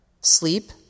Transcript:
Sleep